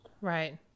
Right